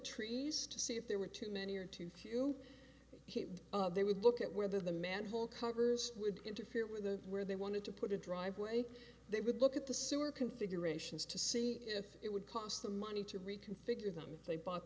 trees to see if there were too many or too few they would look at where the manhole covers would interfere with the where they wanted to put a driveway they would look at the sewer configurations to see if it would cost them money to reconfigure them if they bought